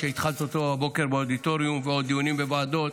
שהתחלת אותו הבוקר באודיטוריום ובעוד דיונים בוועדות.